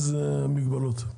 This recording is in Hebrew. איזה מגבלות?